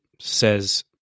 says